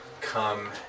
come